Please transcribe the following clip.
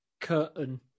curtain